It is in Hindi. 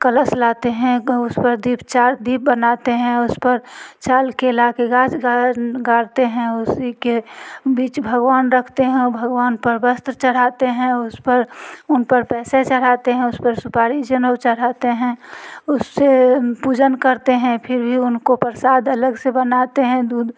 कलश लाते हैं तो उस पर दीप चार दीप बनाते हैं उस पर चार केले के गाछ गारते हैं उसी के बीच भगवान रखते हैं भगवान पर वस्त्र चढ़ाते हैं उस पर उन पर पैसे चढ़ाते हैं उस पर सुपारी जनउ चढ़ाते हैं उससे पूजन करते हैं फिर भी उनको प्रसाद अलग से बनाते हैं दूध